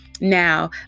Now